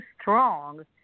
strong